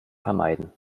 vermeiden